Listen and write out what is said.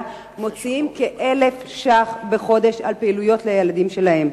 מוציאים כ-1,000 ש"ח בחודש על פעילויות לילדים שלהם,